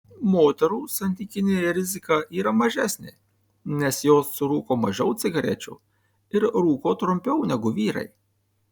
moterų santykinė rizika yra mažesnė nes jos surūko mažiau cigarečių ir rūko trumpiau negu vyrai